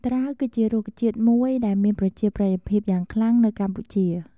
ត្រាវគឺជារុក្ខជាតិមួយដែលមានប្រជាប្រិយភាពយ៉ាងខ្លាំងនៅកម្ពុជា។